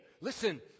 Listen